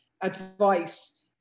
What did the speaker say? advice